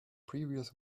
previous